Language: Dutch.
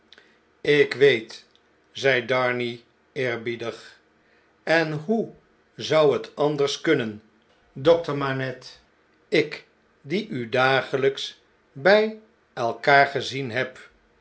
ik weet zei darnay eerbiedig enhoezou het anders kunnen dokter manette ik die u dagelljks by elkaar gezien heb